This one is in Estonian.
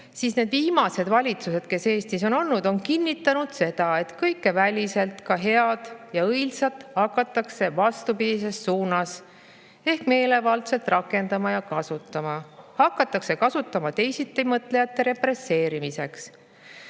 siis need viimased valitsused, kes Eestis on olnud, on kinnitanud seda, et kõike väliselt ka head ja õilsat hakatakse vastupidises suunas ehk meelevaldselt rakendama ja kasutama, hakatakse kasutama teisitimõtlejate represseerimiseks.